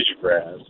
grass